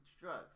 drugs